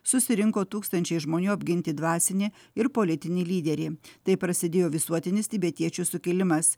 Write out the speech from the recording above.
susirinko tūkstančiai žmonių apginti dvasinį ir politinį lyderį taip prasidėjo visuotinis tibetiečių sukilimas